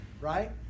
right